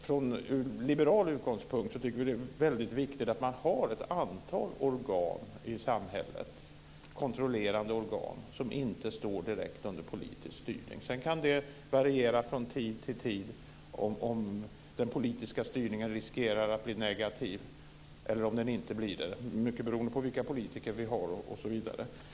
Från liberal utgångspunkt tycker vi att det är väldigt viktigt att man har ett antal kontrollerande organ i samhället som inte står direkt under politisk styrning. Sedan kan det variera från tid till tid om den politiska styrningen riskerar att bli negativ eller inte. Det beror mycket på vilka politiker vi har osv.